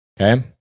Okay